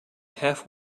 half